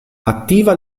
attiva